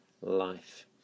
life